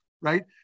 right